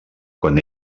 quan